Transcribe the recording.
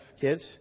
kids